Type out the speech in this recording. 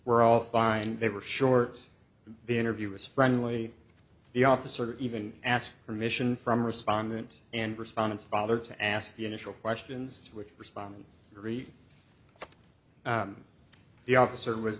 were all fine they were short the interview was friendly the officer even asked permission from respondent and respondent's father to ask the initial questions which respondent agree the officer was